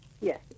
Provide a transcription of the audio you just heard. Yes